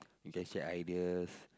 we can share ideas